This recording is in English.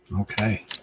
Okay